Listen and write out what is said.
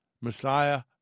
Messiah